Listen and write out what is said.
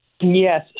Yes